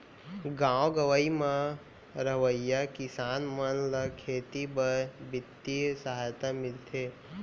गॉव गँवई म रहवइया किसान मन ल खेती बर बित्तीय सहायता मिलथे